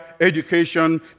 education